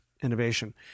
innovation